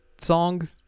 song